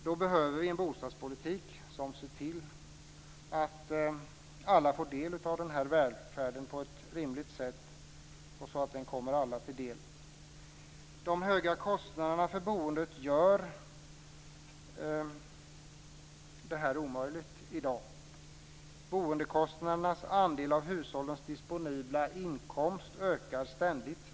Vi behöver därför en bostadspolitik som ser till att alla får del av denna välfärd på ett rimligt sätt. De höga kostnaderna för boendet gör detta omöjligt i dag. Boendekostnadernas andel av hushållens disponibla inkomst ökar ständigt.